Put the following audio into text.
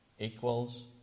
equals